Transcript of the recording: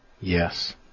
Yes